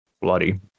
Bloody